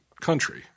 country